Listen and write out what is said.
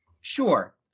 Sure